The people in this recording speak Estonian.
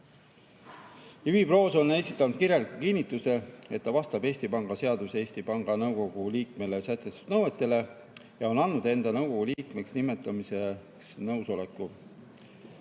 Ivi Proos on esitanud kirjaliku kinnituse, et ta vastab Eesti Panga seaduses Eesti Panga Nõukogu liikmele sätestatud nõuetele, ja on andnud enda nõukogu liikmeks nimetamiseks nõusoleku.